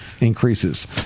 increases